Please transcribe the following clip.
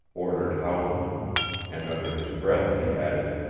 ordered howland and under his breath he added,